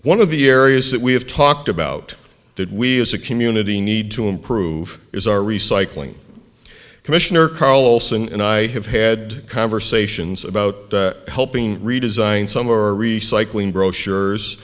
one of the areas that we have talked about that we as a community need to improve is our recycling commissioner carlson and i have had conversations about helping redesign somewhere or recycling brochures